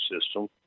system